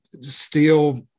steel